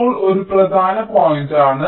ഇപ്പോൾ ഇത് ഒരു പ്രധാന പോയിന്റാണ്